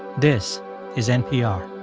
this is npr